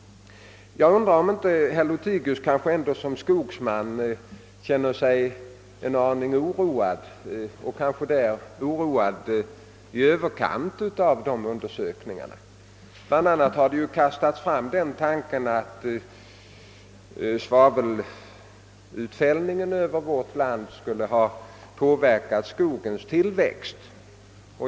Jag undrar om inte herr Lothigius som skogsman oroar sig en aning i överkant över undersökningarna. Bland annat har den tanken förts fram att svavelutfällningen över vårt land skulle ha påverkat skogens tillväxt.